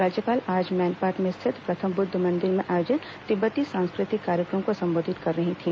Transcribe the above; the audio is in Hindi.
राज्यपाल आज मैनपाट में स्थित प्रथम बुद्ध मंदिर में आयोजित तिब्बती सांस्कृतिक कार्यक्रम को संबोधित कर रही थी